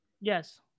Yes